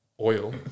oil